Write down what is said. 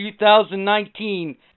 2019